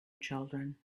children